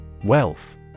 Wealth